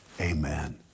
amen